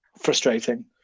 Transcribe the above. frustrating